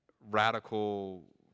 radical